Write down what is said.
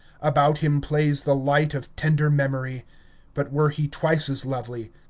about him plays the light of tender memory but were he twice as lovely,